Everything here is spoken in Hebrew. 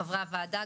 חברי הוועדה,